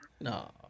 No